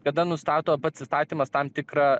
kada nustato pats įstatymas tam tikrą